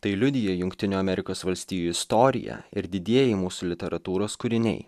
tai liudija jungtinių amerikos valstijų istorija ir didieji mūsų literatūros kūriniai